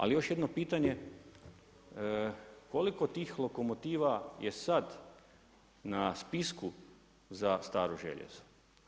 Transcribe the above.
Ali još jedno pitanje, koliko tih lokomotiva je sada na spisku za staro željezo?